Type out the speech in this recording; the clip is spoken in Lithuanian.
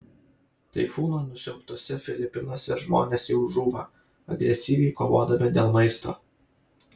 taifūno nusiaubtuose filipinuose žmonės jau žūva agresyviai kovodami dėl maisto